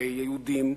כלפי יהודים,